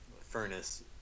furnace